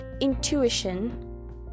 intuition